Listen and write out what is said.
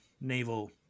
naval